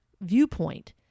viewpoint